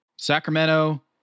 Sacramento